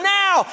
now